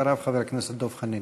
אחריו, חבר הכנסת דב חנין.